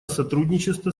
сотрудничество